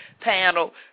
panel